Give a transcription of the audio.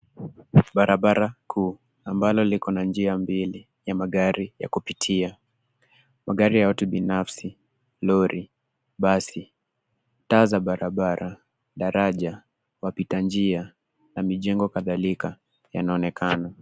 Barabara kuu ambalo liko na njia mbili ya magari ya kupitia. Magari ya watu binafsi, lori, basi, taa za barabara, daraja, wapita njia, na mijengo kadhalika, yanaonekana.